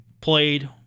Played